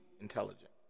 intelligent